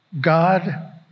God